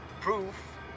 proof